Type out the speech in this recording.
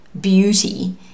beauty